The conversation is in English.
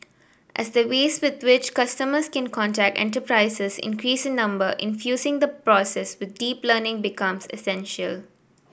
as the ways with which customers can contact enterprises increase in number infusing the process with deep learning becomes essential